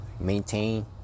maintain